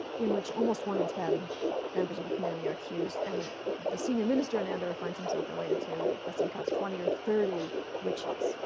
in which almost one in ten members of the community are accused, and the senior minister in andover finds himself related to, by some counts, twenty or thirty witches.